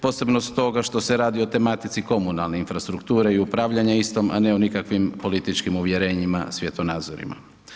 Posebno s toga što se radi o tematici komunalne infrastrukture i upravljanja istom, a ne o nikakvim političkim uvjerenjima, svjetonazorima.